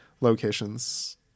locations